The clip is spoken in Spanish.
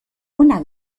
una